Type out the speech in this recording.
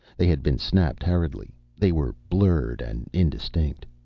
they had been snapped hurriedly they were blurred and indistinct.